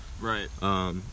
Right